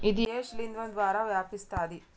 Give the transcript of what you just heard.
ఇది ఏ శిలింద్రం ద్వారా వ్యాపిస్తది?